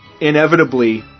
inevitably